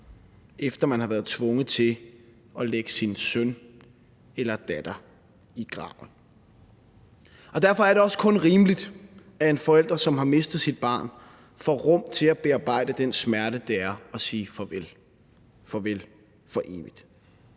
efter at man har været tvunget til at lægge sin søn eller datter i graven. Derfor er det også kun rimeligt, at en forælder, som har mistet sit barn, får rum til at bearbejde den smerte, det er at sige farvel – farvel for evigt.